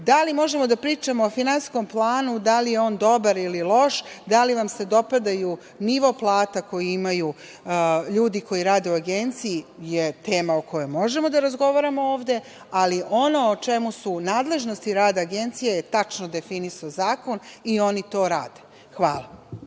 Da li možemo da pričamo o finansijskom planu da li je on dobar ili loš, da li vam se dopadaju nivo plata koji imaju ljudi koji rade u Agenciji je tema o kojoj možemo da razgovaramo ovde, ali ono u čemu su nadležnosti rada Agencije je tačno definisao zakon i oni to rade.